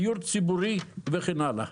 דיור ציבורי, וכן הלאה.